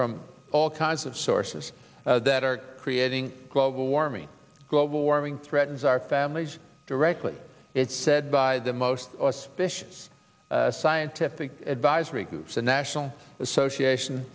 from all kinds of sources that are creating global warming global warming threatens our families directly it's said by the most auspicious scientific advisory groups the national association